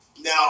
Now